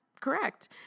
correct